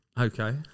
Okay